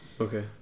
Okay